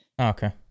Okay